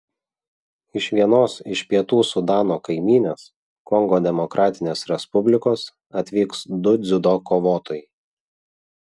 iš vienos iš pietų sudano kaimynės kongo demokratinės respublikos atvyks du dziudo kovotojai